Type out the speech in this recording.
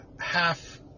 half